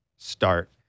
start